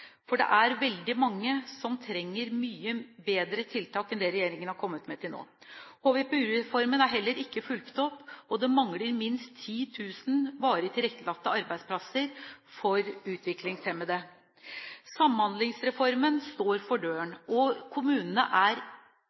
for det er veldig mange som trenger mye bedre tiltak enn det regjeringen har kommet med til nå. HVPU-reformen er heller ikke fulgt opp, og det mangler minst 10 000 varig tilrettelagte arbeidsplasser for utviklingshemmede. Samhandlingsreformen står for døren, og kommunene er